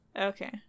okay